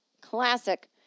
classic